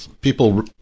people